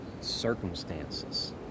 circumstances